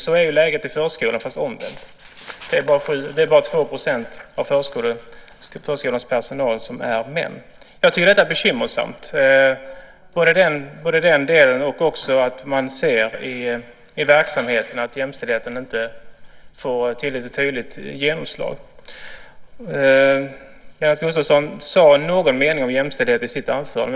Så är läget i förskolan. Det är bara 2 % av förskolans personal som är män. Jag tycker att det är bekymmersamt, och även att jämställdheten inte får ett tillräckligt tydligt genomslag i verksamheten. Lennart Gustavsson sade någon mening om jämställdhet i sitt anförande.